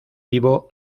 vivo